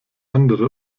andere